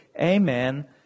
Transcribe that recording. Amen